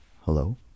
Hello